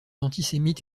antisémite